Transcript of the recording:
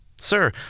Sir